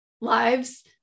lives